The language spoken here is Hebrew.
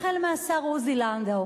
החל מהשר עוזי לנדאו,